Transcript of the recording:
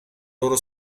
loro